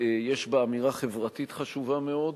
יש בה אמירה חברתית חשובה מאוד,